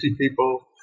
people